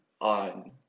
on